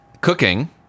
cooking